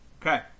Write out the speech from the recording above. Okay